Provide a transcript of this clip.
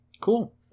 Cool